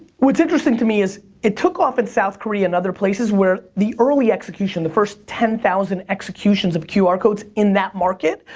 what's interesting to me is it took off in south korea, and other places, where the early execution, the first ten thousand executions of qr codes in that market,